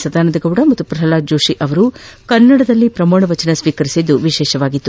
ಸದಾನಂದಗೌಡ ಹಾಗೂ ಪ್ರಲ್ಡಾದ್ ಜೋಶಿ ಅವರು ಕನ್ನಡದಲ್ಲಿಯೇ ಪ್ರಮಾಣ ವಚನ ಸ್ವೀಕರಿಸಿದ್ದು ವಿಶೇಷವಾಗಿತ್ತು